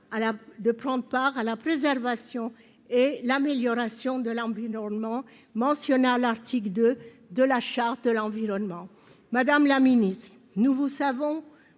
de prendre part à la préservation et à l'amélioration de l'environnement, conformément à l'article 2 de la Charte de l'environnement. Madame la ministre, nous savons